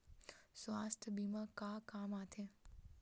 सुवास्थ बीमा का काम आ थे?